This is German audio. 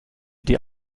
die